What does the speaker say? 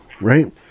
right